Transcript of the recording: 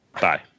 Bye